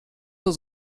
zur